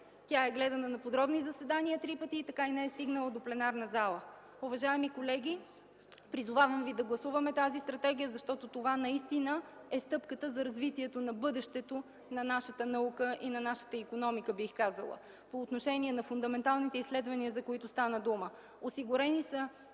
Тя е гледана на подробни заседания три пъти и така и не е стигнала до пленарна зала. Уважаеми колеги, призовавам ви да гласуваме тази стратегия, защото това наистина е стъпката за развитие на бъдещето на нашата наука и на нашата икономика, бих казала. По отношение на фундаменталните изследвания, за които стана дума. Осигурени са